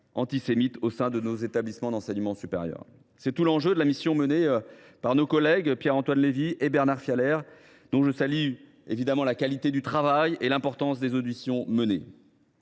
antisémites au sein de nos établissements d’enseignement supérieur. C’est tout l’enjeu de la mission menée par mes collègues Pierre Antoine Levi et Bernard Fialaire. Je salue la qualité de leur travail et l’importance des auditions qui